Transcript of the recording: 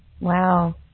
Wow